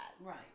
right